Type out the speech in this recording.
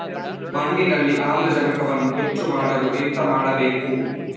ಮಣ್ಣಿನಲ್ಲಿ ಆಮ್ಲಜನಕವನ್ನು ಹೆಚ್ಚು ಮಾಡಲು ಎಂತ ಮಾಡಬೇಕು?